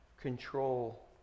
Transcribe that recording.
control